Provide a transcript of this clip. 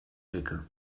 elke